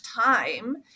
time